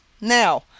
Now